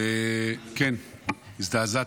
וכן, הזדעזעתי.